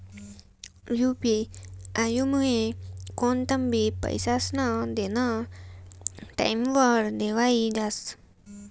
UP आयमुये कोणतंबी पैसास्नं देनं टाईमवर देवाई जास